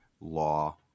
law